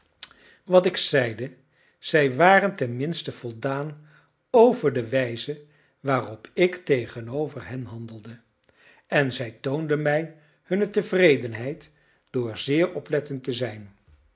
wat ik zeide zij waren ten minste voldaan over de wijze waarop ik tegenover hen handelde en zij toonden mij hunne tevredenheid door zeer oplettend te zijn